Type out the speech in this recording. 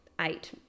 eight